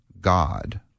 God